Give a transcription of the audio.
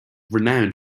renowned